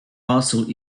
also